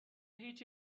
هیچی